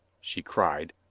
she cried,